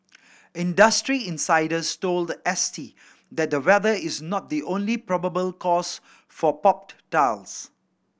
industry insiders told S T that the weather is not the only probable cause for popped tiles